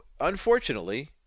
Unfortunately